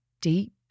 deep